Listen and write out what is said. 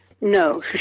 no